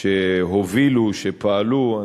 שהובילו ושפעלו,